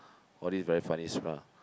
all this very funny stuff